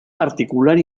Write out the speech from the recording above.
particular